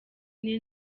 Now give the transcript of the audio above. ine